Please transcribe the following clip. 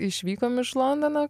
išvykom iš londono